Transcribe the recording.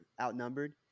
outnumbered